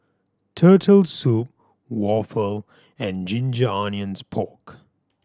Turtle Soup waffle and ginger onions pork